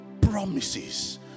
promises